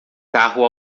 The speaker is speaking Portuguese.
carro